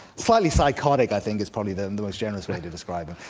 slightly psychotic i think is probably the and the most generous way to describe him.